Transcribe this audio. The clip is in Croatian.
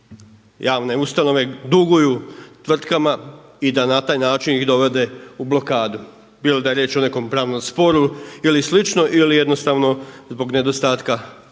javne ustanove duguju tvrtkama i da na taj način ih dovode u blokadu bilo da je riječ o nekom pravnom sporu ili slično ili jednostavno zbog nedostatka novca.